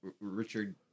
Richard